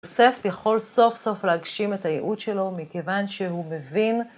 יוסף יכול סוף סוף להגשים את הייעוד שלו, מכיוון שהוא מבין